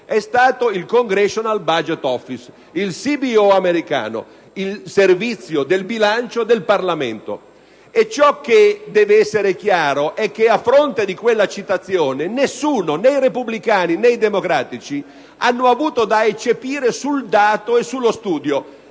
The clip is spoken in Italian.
É stato il *Congressional budget office*, il CBO americano, il Servizio del bilancio del Parlamento. Ciò che deve essere chiaro è che, a fronte di quella citazione, nessuno, né i repubblicani né i democratici, ha avuto da eccepire sul dato e sullo studio.